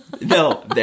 No